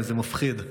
זה מפחיד.